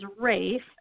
Rafe